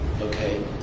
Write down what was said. okay